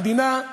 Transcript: המדינה,